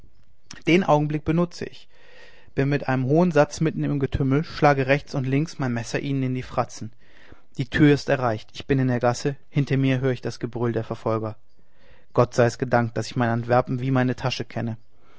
den augenblick benutze ich bin mit einem hohen satz mitten im getümmel schlage rechts und schlage links mein messer ihnen in die fratzen die tür ist erreicht ich bin in der gasse hinter mir höre ich das gebrüll der verfolger gott sei's gedankt daß ich mein antwerpen wie meine tasche kenne